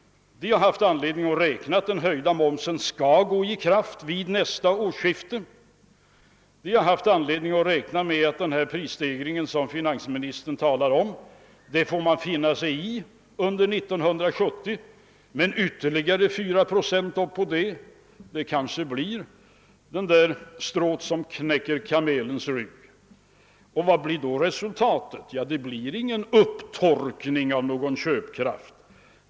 De har anledning att räkna med att höjningen av momsen skall träda i kraft vid nästa årsskifte. De har anledning att räkna med den prisstegring under 1970 som finansministern talar om; den får man finna sig i. Men ytterligare fyra procent på detta blir kanske det strå som knäcker kamelens rygg. Vad blir då resultatet? Jo, det blir ingen upptorkning av köpkraften.